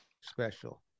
special